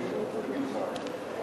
הייתי בגילך,